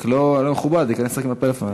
רק, לא מכובד להיכנס עם הפלאפון.